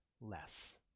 less